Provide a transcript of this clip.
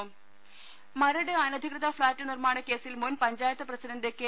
ടെട മരട് അനധികൃത ഫ്ളാറ്റ് നിർമ്മാണ കേസിൽ മുൻ പഞ്ചായത്ത് പ്രസിഡന്റ് കെ